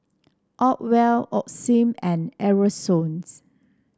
Acwell Osim and Aerosoles